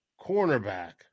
cornerback